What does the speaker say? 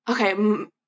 okay